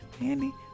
Andy